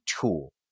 tool